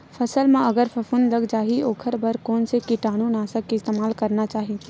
फसल म अगर फफूंद लग जा ही ओखर बर कोन से कीटानु नाशक के इस्तेमाल करना चाहि?